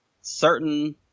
certain